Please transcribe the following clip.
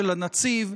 של הנציב.